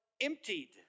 emptied